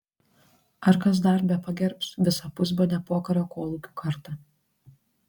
ar kas dar bepagerbs visą pusbadę pokario kolūkių kartą